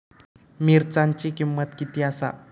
मिरच्यांची किंमत किती आसा?